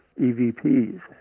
EVPs